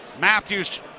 Matthews